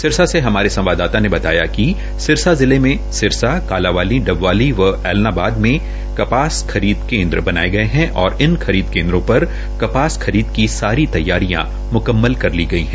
सिरसा से हमारे संवाददाता ने बताया कि सिरसा जिले में सिरसा कालांवाली डबवाली व ऐलनाबाद में कपास खरीद केन्द्र बनाये गये है और इन खरीद केन्द्रों पर कपास खरीद की सारी तैयारियां म्कम्मल कर ली गई है